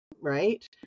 right